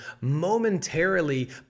momentarily